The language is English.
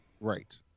Right